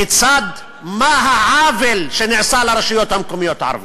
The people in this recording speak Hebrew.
מה העוול שנעשה לרשויות המקומיות הערביות: